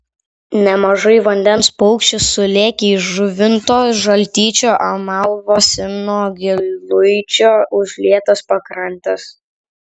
nemažai vandens paukščių sulėkė į žuvinto žaltyčio amalvo simno giluičio užlietas pakrantes